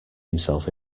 himself